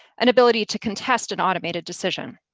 an ability to contest an automated decision.